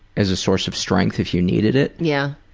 as a source of strength if you needed it? yeah.